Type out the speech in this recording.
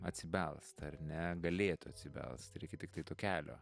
atsibelst ar ne galėtų atsibelst reikia tiktai to kelio